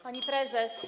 Pani Prezes!